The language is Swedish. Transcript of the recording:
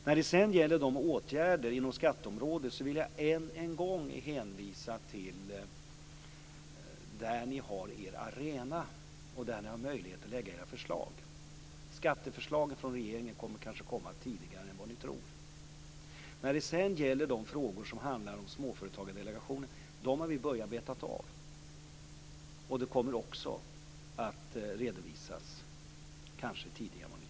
När det sedan gäller åtgärderna inom skatteområdet vill jag än en gång hänvisa till det som är er arena där ni har möjlighet att lägga fram era förslag. Skatteförslaget från regeringen kommer kanske att komma tidigare än ni tror. Frågorna som handlar om Småföretagsdelegationen har vi börjat beta av. Det kommer också att redovisas - kanske tidigare än ni tror.